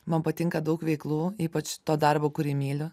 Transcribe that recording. man patinka daug veiklų ypač to darbo kurį myliu